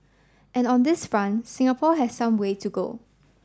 and on this front Singapore has some way to go